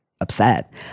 upset